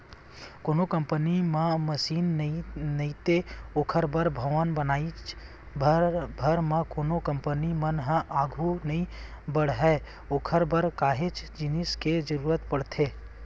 कोनो कंपनी म मसीन नइते ओखर बर भवन बनाएच भर म कोनो कंपनी मन ह आघू नइ बड़हय ओखर बर काहेच जिनिस के जरुरत पड़थे